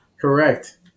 Correct